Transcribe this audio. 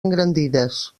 engrandides